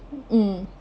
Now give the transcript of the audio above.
mm